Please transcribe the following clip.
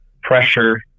pressure